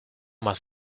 más